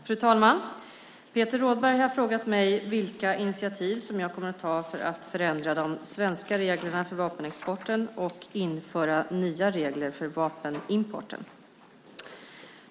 Fru talman! Peter Rådberg har frågat mig vilka initiativ jag kommer att ta för att förändra de svenska reglerna för vapenexporten och införa nya regler för vapenimporten.